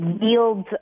yields